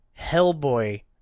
Hellboy